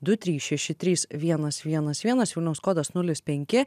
du trys šeši trys vienas vienas vienas vilniaus kodas nulis penki